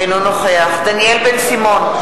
אינו נוכח דניאל בן-סימון,